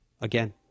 Again